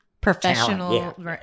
Professional